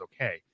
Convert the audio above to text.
okay